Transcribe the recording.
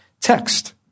text